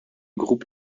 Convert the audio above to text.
groupe